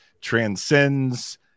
transcends